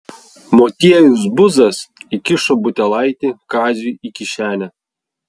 motiejus buzas įkišo butelaitį kaziui į kišenę